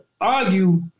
argue